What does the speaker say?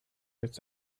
its